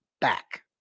back